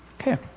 Okay